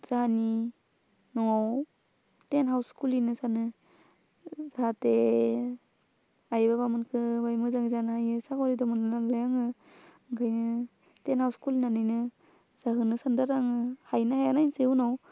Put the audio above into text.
जोंहानि न'वाव tent house खुलिनो सानो जाहाथे आइ बाबामोनखौ बाय मोजां जानो हायो साख्रिथ' मोनला नालाय आङो ओंखायनो टेन हाउस खुलिनानैनो जाहोनो सानदों आरो आङो हायो ना हाया नायनोसै उनाव